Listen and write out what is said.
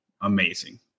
amazing